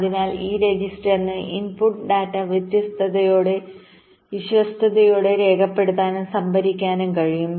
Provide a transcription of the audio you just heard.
അതിനാൽ ഈ രജിസ്റ്ററിന് ഇൻപുട്ട് ഡാറ്റ വിശ്വസ്തതയോടെ രേഖപ്പെടുത്താനും സംഭരിക്കാനും കഴിയും